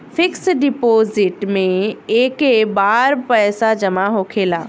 fix deposit मे एके बार पैसा जामा होखेला